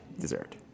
dessert